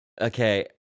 Okay